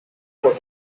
were